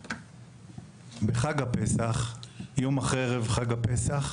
בחג הפסח יום אחרי ערב חג הפסח,